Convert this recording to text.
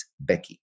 Becky